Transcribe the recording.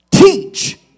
Teach